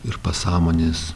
ir pasąmonės